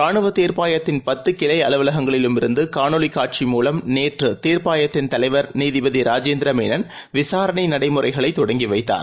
ரானுவதீர்ப்பாயத்தின் பத்துகிளைஅலுவலகங்களிலும் இருந்துகாணொளிகாட்சி மூலம் நேற்றுதீர்ப்பாயத்தின் தலைவர் நீதிபதிராஜேந்திரமேனன் விசாரணைநடைமுறைகளைதொடங்கிவைத்தார்